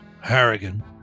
Harrigan